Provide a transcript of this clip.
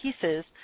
pieces